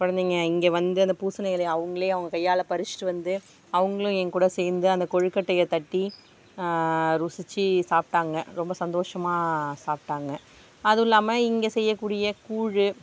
குழந்தைங்க இங்கே வந்து அந்த பூசணி இலைய அவங்களே அவங்க கையாள பறிச்சுட்டு வந்து அவங்களும் என் கூட சேர்ந்து அந்த கொழுக்கட்டையை தட்டி ருசிச்சு சாப்பிட்டாங்க ரொம்ப சந்தோஷமாக சாப்பிட்டாங்க அதுவும் இல்லாமல் இங்கே செய்யக்கூடிய கூழ்